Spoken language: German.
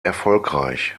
erfolgreich